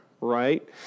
right